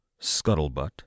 Scuttlebutt